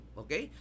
okay